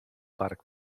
park